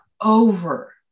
over